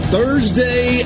Thursday